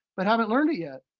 but haven't learned it yet.